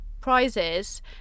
prizes